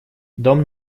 дом